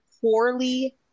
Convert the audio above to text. poorly